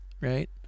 right